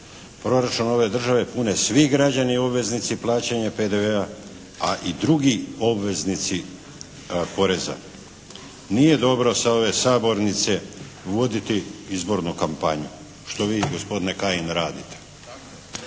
Proračun ove države pune svi građani obveznici plaćanja PDV-a, a i drugi obveznici poreza. Nije dobro sa ove sabornice voditi izbornu kampanju što vi gospodine Kajin radite.